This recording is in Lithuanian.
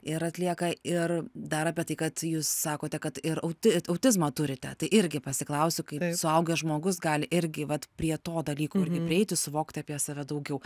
ir atlieka ir dar apie tai kad jūs sakote kad ir auti autizmą turite tai irgi pasiklausiu kai suaugęs žmogus gali irgi vat prie to dalyko irgi prieiti suvokti apie save daugiau